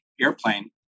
airplane